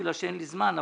בגלל שאין לי זמן.